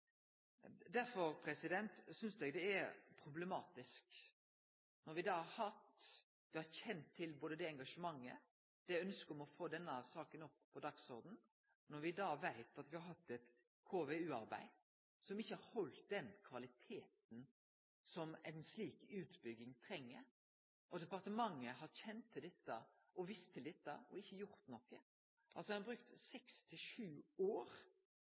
Derfor synest eg at det er problematisk, når me har kjent til både engasjementet og ønsket om å få denne saka på dagsordenen, at me då veit at me har hatt eit KVU-arbeid, ei konseptvalutgreiing, som ikkje har halde den kvaliteten som ei slik utbygging treng, og departementet har kjent til dette og visst om dette og ikkje gjort noko. Ein har altså brukt seks–sju år,